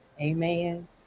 Amen